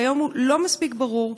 שהיום הוא לא מספיק ברור,